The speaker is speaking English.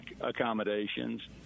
accommodations